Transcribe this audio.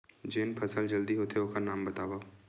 जेन फसल जल्दी होथे ओखर नाम बतावव?